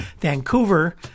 Vancouver